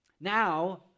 Now